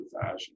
fashion